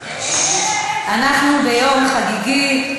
אנחנו ביום חגיגי.